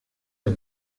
der